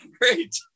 Great